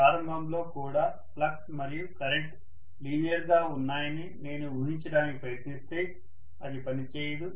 ప్రారంభంలో కూడా ఫ్లక్స్ మరియు కరెంట్ లీనియర్ గా ఉన్నాయని నేను ఊహించడానికి ప్రయత్నిస్తే అది పనిచేయదు